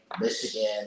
Michigan